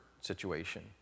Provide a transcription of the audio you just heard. situation